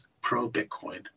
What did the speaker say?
pro-Bitcoin